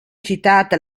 citata